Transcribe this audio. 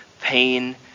pain